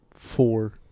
four